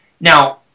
Now